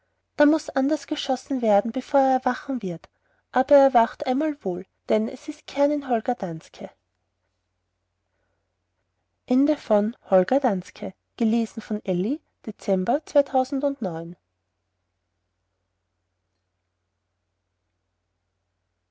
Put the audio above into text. da muß anders geschossen werden bevor er erwachen wird aber er erwacht einmal wohl denn es ist kern in holger danske die